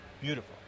beautiful